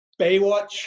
Baywatch